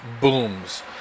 booms